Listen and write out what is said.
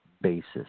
basis